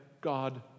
God